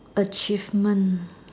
achievement